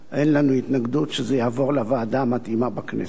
אין לנו התנגדות שזה יועבר לוועדה המתאימה בכנסת.